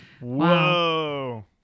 Whoa